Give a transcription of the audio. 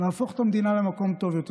להפוך את המדינה למקום טוב יותר.